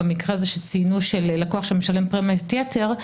במקרה הזה שציינו שלקוח משלם פרמיית יתר,